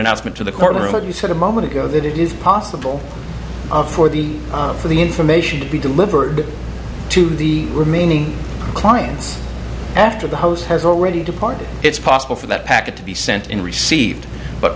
announcement to the court heard you sort of a moment ago that it is possible for the for the information to be delivered to the remaining clients after the host has already departed it's possible for that packet to be sent and received but